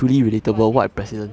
but they it's not like they gonna like